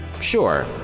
Sure